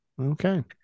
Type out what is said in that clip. Okay